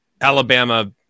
Alabama